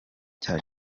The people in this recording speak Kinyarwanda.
cya